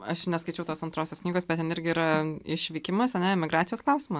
aš neskaičiau tos antrosios knygos bet ten irgi yra išvykimas ane migracijos klausimas